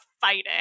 fighting